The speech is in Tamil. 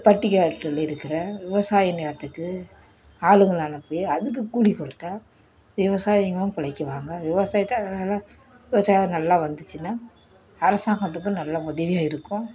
இந்த பட்டிக்காட்டில் இருக்கிற விவசாய நிலத்துக்கு ஆளுங்களை அனுப்பி அதுக்கு கூலி கொடுத்தா விவசாயிகளும் பிழைக்குவாங்க விவசாயத்தை அதனால் விவசாயம் நல்லா வந்துச்சுனா அரசாங்கத்துக்கும் நல்ல உதவியாக இருக்கும்